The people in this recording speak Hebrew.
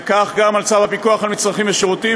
וכך גם בצו הפיקוח על מצרכים ושירותים